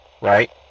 right